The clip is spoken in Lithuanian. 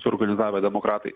suorganizavę demokratai